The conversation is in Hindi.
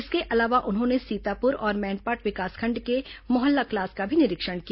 इसके अलावा उन्होंने सीतापुर और मैनपाट विकासखंड के मोहल्ला क्लास का भी निरीक्षण किया